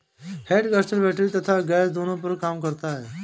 head cutter battery तथा gas दोनों पर काम करता है